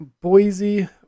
Boise